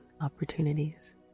opportunities